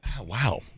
wow